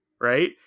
Right